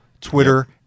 Twitter